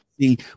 see